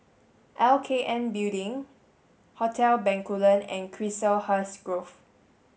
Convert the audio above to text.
L K N Building Hotel Bencoolen and Chiselhurst Grove